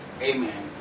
Amen